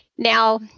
Now